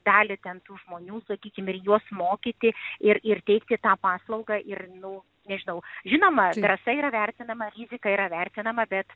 dalį ten tų žmonių sakykim ir juos mokyti ir ir teikti tą paslaugą ir nu nežinau žinoma drąsa yra vertinama rizika yra vertinama bet